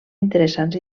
interessants